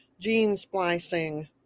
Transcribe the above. gene-splicing